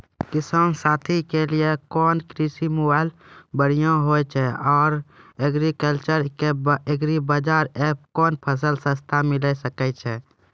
किसान साथी के लिए कोन कृषि मोबाइल बढ़िया होय छै आर एग्रीकल्चर के एग्रीबाजार एप कोन फसल सस्ता मिलैल सकै छै?